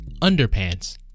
underpants